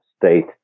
state